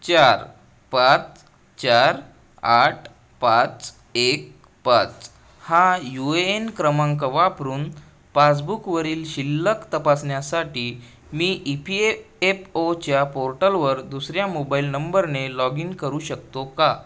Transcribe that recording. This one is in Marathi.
चार पाच चार आठ पाच एक पाच हा यू ए एन क्रमांक वापरून पासबुकवरील शिल्लक तपासण्यासाठी मी ई पी ए एफ ओच्या पोर्टलवर दुसऱ्या मोबाईल नंबरने लॉग इन करू शकतो का